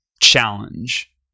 challenge